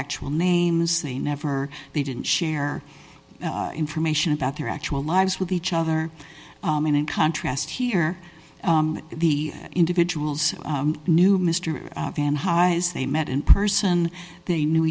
actual names they never they didn't share information about their actual lives with each other and in contrast here the individuals knew mr van highs they met in person they knew